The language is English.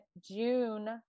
June